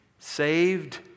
Saved